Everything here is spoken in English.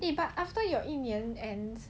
eh but after your 一年 ends